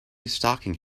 stocking